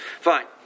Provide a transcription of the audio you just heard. Fine